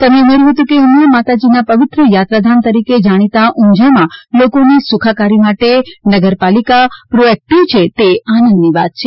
તેમણે ઉમેર્યું હતું કે ઉમિયા માતાજીના પવિત્ર યાત્રાધામ તરીકે જાણીતા ઉંઝામાં લોકોની સુખાકારી માટે નગરપાલિકા પ્રો એક્ટીવ છે તે આનંદની વાત છે